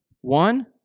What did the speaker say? One